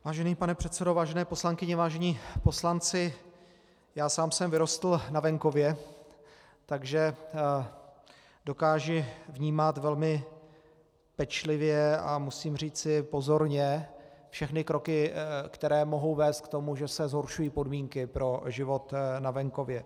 Vážený pane předsedo, vážené poslankyně, vážení poslanci, já sám jsem vyrostl na venkově, takže dokážu vnímat velmi pečlivě a musím říci pozorně všechny kroky, které mohou vést k tomu, že se zhoršují podmínky pro život na venkově.